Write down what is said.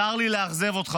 צר לי לאכזב אותך,